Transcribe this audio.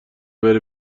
بره